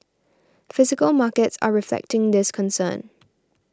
physical markets are reflecting this concern